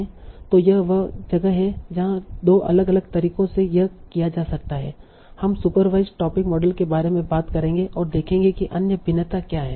तो यह वह जगह है जहाँ 2 अलग अलग तरीकों से यह किया जा सकता है हम सुपरवाईसड टोपिक मॉडल के बारे में बात करेंगे और देखेंगे कि अन्य भिन्नता क्या है